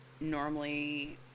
normally